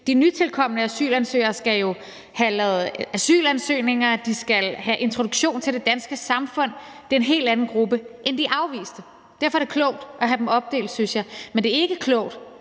de nytilkomne asylansøgere skal jo have lavet asylansøgninger, og de skal have en introduktion til det danske samfund, og det er en helt anden gruppe end de afviste. Derfor synes jeg, det er klogt at have dem opdelt, men det er ikke klogt